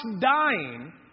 dying